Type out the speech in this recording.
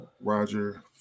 Roger